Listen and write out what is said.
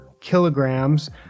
kilograms